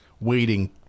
waiting